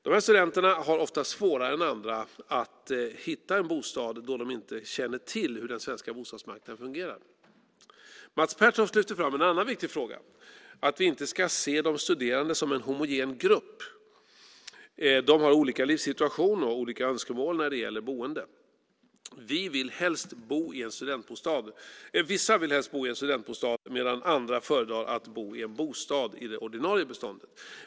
Dessa studenter har ofta svårare än andra att finna en bostad då de inte känner till hur den svenska bostadsmarknaden fungerar. Mats Pertoft lyfter fram en annan viktig fråga - att vi inte ska se de studerande som en homogen grupp. De har olika livssituation och olika önskemål när det gäller boende. Vissa vill helst bo i en studentbostad medan andra föredrar att bo i en bostad i det ordinarie beståndet.